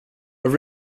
are